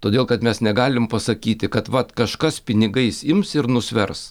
todėl kad mes negalim pasakyti kad vat kažkas pinigais ims ir nusvers